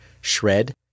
shred